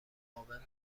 مقاوم